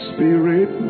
Spirit